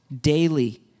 daily